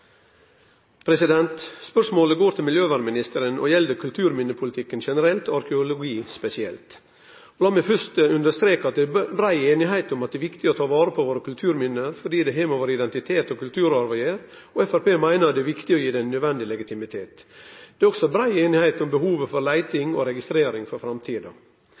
er viktig å ta vare på våre kulturminne, fordi det har med vår identitet og kulturarv å gjere, og Framstegspartiet meiner at det er viktig å gi det nødvendig legitimitet. Det er også brei einigheit om behovet for leiting og registrering for framtida.